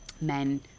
men